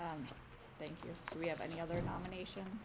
and we have any other nomination